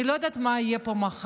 אני לא יודעת מה יהיה פה מחר.